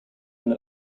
when